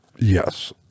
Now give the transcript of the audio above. Yes